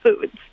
Foods